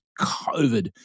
COVID